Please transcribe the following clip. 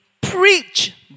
preach